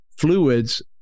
fluids